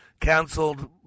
canceled